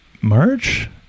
March